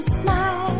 smile